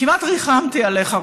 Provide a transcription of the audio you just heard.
כמעט ריחמתי עליך,